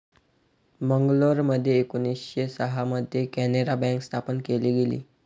मंगलोरमध्ये एकोणीसशे सहा मध्ये कॅनारा बँक स्थापन केली गेली